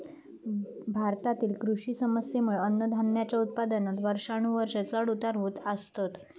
भारतातील कृषी समस्येंमुळे अन्नधान्याच्या उत्पादनात वर्षानुवर्षा चढ उतार होत असतत